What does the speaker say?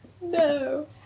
No